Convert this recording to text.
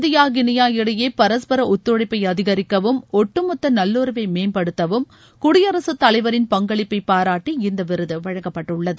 India கிளியா இடையே பரஸ்பர ஒத்துழைப்பை அதிகரிக்கவும் ஒட்டுமொத்த நல்லுறவை மேம்படுத்தவும் குடியரசுத்தலைவரின் பங்களிப்பை பாராட்டி இந்த விருது வழங்கப்பட்டுள்ளது